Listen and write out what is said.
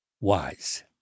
wise